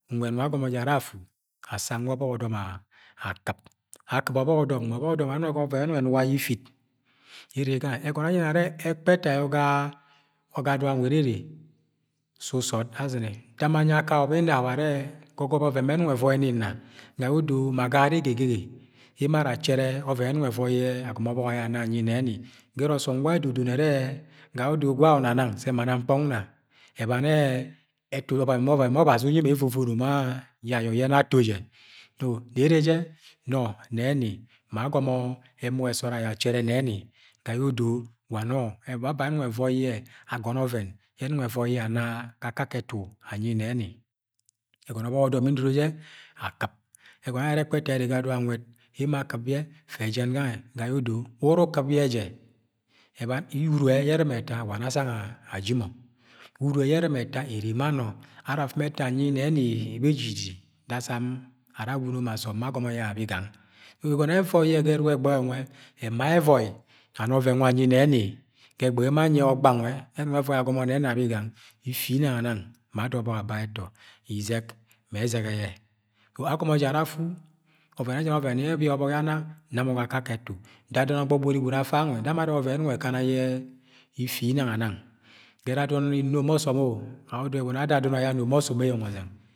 . Nwẹd nwe agọmọ jẹ ara afu, asang mẹ ọbọk ọdọm akɨp. Akɨp ọbọk ọbọk ọdom nwe, ọbọ ọdọm nwẹ we ayẹ ẹnong ẹnuga yẹ ifitere je gangẹ Ẹgọnọ yẹ ayẹnẹ arẹ ẹkpẹto ayo ga dọng anwẹd are, su sọọd azɨnẹ Tana anyi akawọ ma inawọ arẹ go̱gọbọ ọvẹn ye ẹnong e̱vọi ni nna. Ga yẹ odo ma agagara egegege emo ara achẹrẹ ọvẹn ẹnong ẹvọi ye̱ agọmọ obok ayọ ana anyi nẹni. Gẹrẹ ọsọm gwa edo done arẹ, odo ojwa ana nang sẹ ma nam nkọng nna. Ẹbani yẹ ẹtu ọvẹvẹn yẹ Ọbazi unyi mọ evovono ma yẹ ayọ yẹ no̱ ato ji Nẹ erejẹ nọ nẹni ma agọmọ sọọd achere nẹni ga yẹ odo wa nọ ababa e̱ e̱nọng ẹvoi ana ga akake etu anyi nẹni. E̱gọnọ ọbọk ọdọm yẹ ndora jẹ, akɨp, egọnọ yẹ ayẹnẹ are ẹkpẹto ayọ o re ga dọng nwed, emo akɨp yẹ fe jẹn gangẹ ga yẹ odo wẹ uru ukɨp yẹ jẹ, uru yẹ ẹrɨma e̱ta wa nọ asana aji-mọ uru ẹ yẹ e̱rɨma e̱ta ere ma no. Ara afimi e̱tu anyi nẹni bejiji dasam ara awuno asọm be agọmọ yẹ abigan E̱gọnọ yẹ evọi yẹ ga wẹ ẹruk e̱gbe̱ghe nwe, ẹma yẹ ẹvọi ana o̱ve̱n nwẹ anyi neni ga egbẹghe ye̱ emo anyi ye̱ ogba nwẹ. Enong ẹvọi yẹ agọmọ ne̱ni abigan, itinana anana ma ada ọbọk aba ẹba izẹg mẹ ẹzẹgẹ yẹ Agomọ jẹ, ara afu, ọve̱n ejara ọvẹn ye e̱bi yẹ ọbọk ara ana, na mọ ga akakẹ ẹtu. Da adọn ayọ, gbọgọri afe gangẹ. Da mọ arẹ wa ọvẹn ẹnọng e̱kana yẹ ifineng anang. Ge̱re̱ adọn enono ma asọm o! Ga ye̱ odo, ẹgọnọ yẹ ada adọn ayọ ano ma ọsom.